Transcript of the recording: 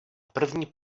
první